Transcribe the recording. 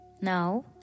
Now